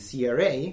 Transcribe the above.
CRA